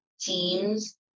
teams